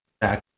back